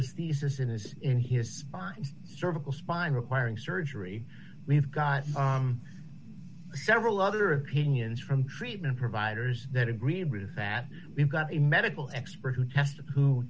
illness thesis in his in his spine cervical spine requiring surgery we have got several other opinions from treatment providers that agreed with that we've got a medical expert who testified who